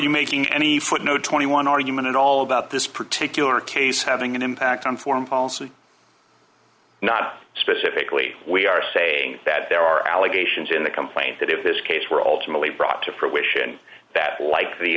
you making any footnote twenty one argument at all about this particular case having an impact on foreign policy not specifically we are saying that there are allegations in the complaint that if this case were ultimately brought to fruition that like the